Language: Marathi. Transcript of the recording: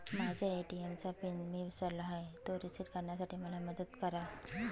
माझ्या ए.टी.एम चा पिन मी विसरलो आहे, तो रिसेट करण्यासाठी मला मदत कराल?